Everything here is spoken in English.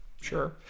sure